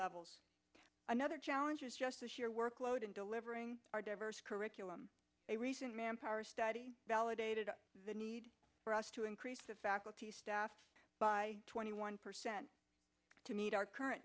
levels another challenge is just the sheer workload in delivering our diverse curriculum a recent manpower study validated the need for us to increase the faculty staff by twenty one percent to meet our current